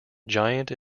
giant